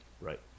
Right